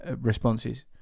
responses